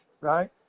right